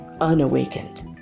unawakened